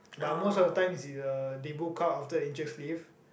but most of the time is either they book out after Enciks leave